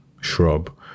shrub